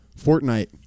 Fortnite